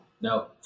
No